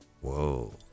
Whoa